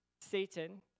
Satan